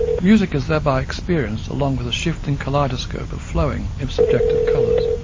music is thereby experienced along with a shifting kaleidoscope of flowing, if subjective, colours.